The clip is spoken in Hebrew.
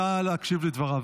נא להקשיב לדבריו.